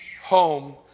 home